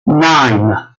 nine